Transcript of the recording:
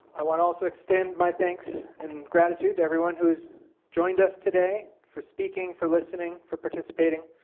i want also extend my thanks and gratitude to everyone who has joined us today for speaking for listening for participating.